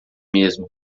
mesmo